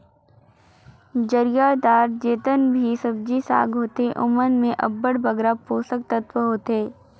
जरियादार जेतना भी सब्जी साग होथे ओमन में अब्बड़ बगरा पोसक तत्व होथे